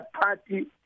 party